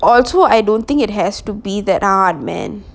also I don't think it has to be that hard man